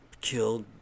killed